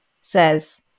says